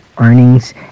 earnings